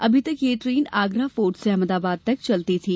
अमी तक यह ट्रेन आगरा फोर्ट से अहमदाबाद तक चलती थी